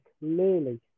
clearly